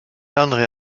andré